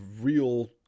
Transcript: real